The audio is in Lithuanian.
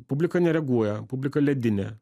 publika nereaguoja publika ledinė